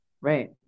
Right